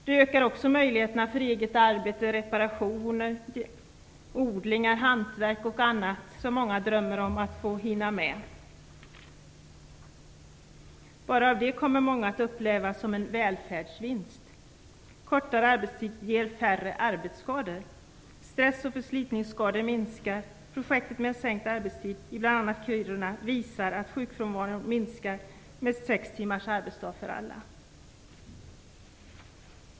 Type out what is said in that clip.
Det ökar också möjligheterna för eget arbete, reparationer, odlingar, hantverk och annat som många drömmer om att få hinna med. Bara det kommer många att uppleva som en välfärdsvinst. Kortare arbetstid ger färre arbetsskador. Stress och förslitningsskador minskar. Projekt med sänkt arbetstid i bl.a. Kiruna visar att sjukfrånvaron minskar med sex timmars arbetsdag för alla.